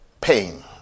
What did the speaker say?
Pain